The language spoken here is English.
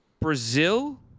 Brazil